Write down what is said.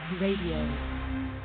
Radio